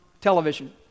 television